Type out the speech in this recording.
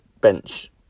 bench